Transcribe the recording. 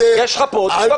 יש לך פה, תבדוק את הפרוטוקול.